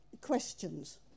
Questions